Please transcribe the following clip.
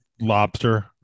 lobster